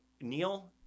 Neil